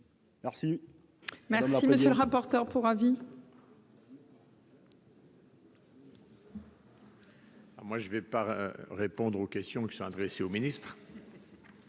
Merci,